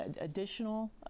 additional